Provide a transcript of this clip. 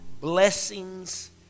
Blessings